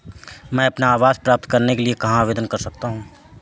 मैं अपना आवास प्राप्त करने के लिए कहाँ आवेदन कर सकता हूँ?